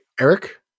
Eric